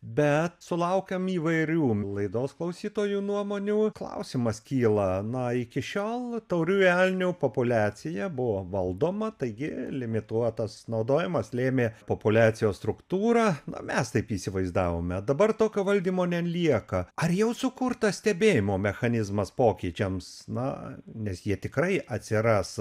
bet sulaukiam įvairių laidos klausytojų nuomonių klausimas kyla na iki šiol tauriųjų elnių populiacija buvo valdoma taigi limituotas naudojimas lėmė populiacijos struktūrą na mes taip įsivaizdavome dabar tokio valdymo nelieka ar jau sukurtas stebėjimo mechanizmas pokyčiams na nes jie tikrai atsiras